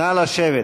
נא לשבת.